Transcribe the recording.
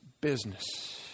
business